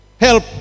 Help